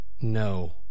No